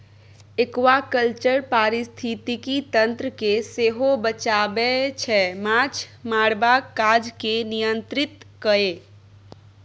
aquaculture पारिस्थितिकी तंत्र केँ सेहो बचाबै छै माछ मारबाक काज केँ नियंत्रित कए